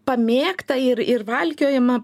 pamėgtą ir ir valkiojamą